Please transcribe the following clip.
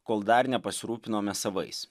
kol dar nepasirūpinome savais